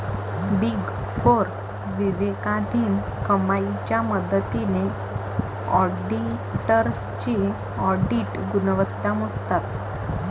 big four विवेकाधीन कमाईच्या मदतीने ऑडिटर्सची ऑडिट गुणवत्ता मोजतात